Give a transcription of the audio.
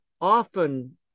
often